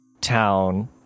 town